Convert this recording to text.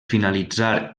finalitzar